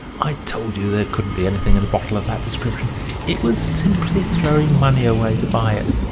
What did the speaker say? i told you there couldn't be anything in a bottle of that description it was simply throwing money away to buy it.